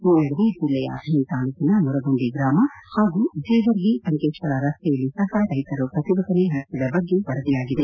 ಈ ನಡುವೆ ಜಲ್ಲೆಯ ಅಥಣಿ ತಾಲೂಕಿನ ಮುರಗುಂಡಿ ಗ್ರಾಮ ಹಾಗೂ ಜೀವರ್ಗಿ ಸಂಕೇಪ್ವರ ರಸ್ತೆಯಲ್ಲಿ ಸಹ ರೈತರು ಪ್ರತಿಭಟನೆ ನಡಸಿದ ವರದಿಯಾಗಿದೆ